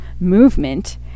movement